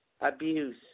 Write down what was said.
abuse